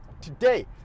Today